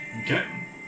Okay